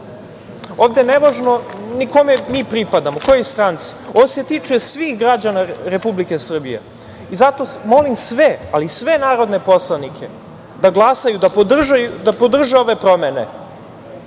ovde ne možemo, ni kome mi pripadamo, kojoj stranci, ovo se tiče svih građana Republike Srbije i zato molim sve, ali sve narodne poslanike da glasaju, da podrže ove promene,